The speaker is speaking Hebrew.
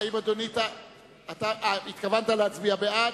האם התכוונת להצביע בעד?